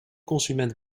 consument